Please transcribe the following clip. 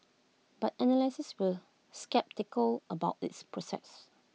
but analysts were sceptical about its process